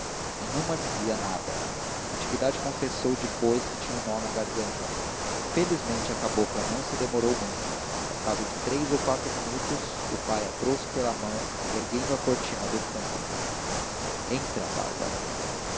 nenhuma dizia nada natividade confessou depois que tinha um nó na garganta felizmente a cabocla não se demorou muito ao cabo de três ou quatro minutos o pai a trouxe pela mão erguendo a cortina do fundo entra bárbara